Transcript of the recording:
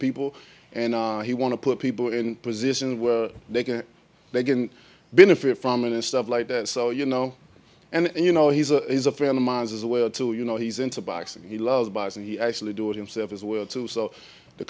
people and he want to put people in a position where they can they can benefit from it and stuff like that so you know and you know he's a he's a friend of mine's as well to you know he's into boxing he loves bars and he actually do it himself as well too so the